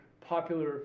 popular